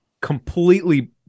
completely